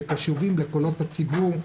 שקשובים לקולות הציבור,